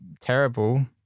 terrible